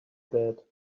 that